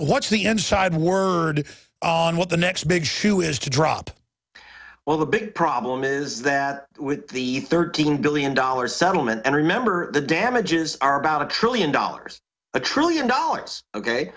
what's the inside word on what the next big shoe is to drop well the big problem is that with the thirteen billion dollars settlement and remember the damages are about a trillion dollars a trillion dollars ok